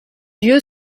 dieu